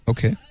Okay